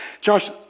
Josh